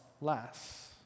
less